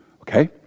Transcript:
Okay